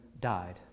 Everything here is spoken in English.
died